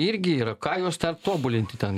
irgi yra ką juos ten tobulinti ten